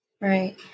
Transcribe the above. Right